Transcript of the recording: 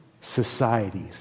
societies